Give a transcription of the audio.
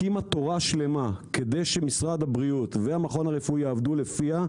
היא הקימה תורה שלמה כדי שמשרד הבריאות והמכון הרפואי יעבדו לפיה,